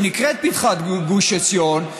שנקראת פתחת גוש עציון,